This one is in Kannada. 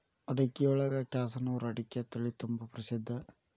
ಅಡಿಕಿಯೊಳಗ ಕ್ಯಾಸನೂರು ಅಡಿಕೆ ತಳಿತುಂಬಾ ಪ್ರಸಿದ್ಧ